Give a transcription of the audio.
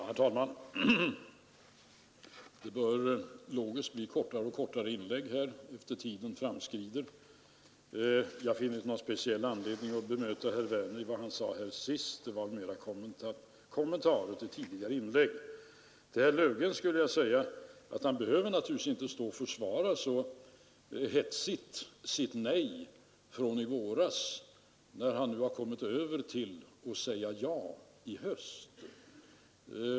Herr talman! Det bör logiskt bli allt kortare inlägg här allteftersom tiden framskrider. Jag finner inte någon speciell anledning att bemöta herr Werner i Tyresö i vad han sade sist. Det var mera kommentarer till tidigare inlägg. Herr Löfgren behöver naturligtvis inte så häftigt försvara sitt nej från i våras när han nu har kommit över till att säga ja i höst.